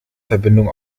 verbindung